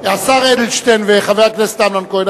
השר אדלשטיין וחבר הכנסת אמנון כהן,